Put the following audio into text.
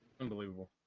Unbelievable